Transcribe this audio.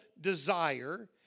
desire